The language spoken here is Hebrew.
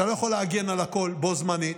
אתה לא יכול להגן על הכול בו זמנית,